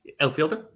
outfielder